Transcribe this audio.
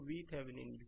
तो VThevenin 2 volt